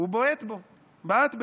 "בעט ביה"